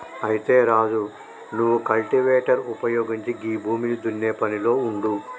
అయితే రాజు నువ్వు కల్టివేటర్ ఉపయోగించి గీ భూమిని దున్నే పనిలో ఉండు